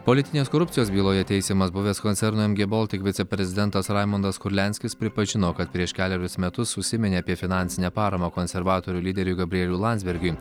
politinės korupcijos byloje teisiamas buvęs koncerno mg boltik viceprezidentas raimondas kurlianskis pripažino kad prieš kelerius metus užsiminė apie finansinę paramą konservatorių lyderiui gabrieliui landsbergiui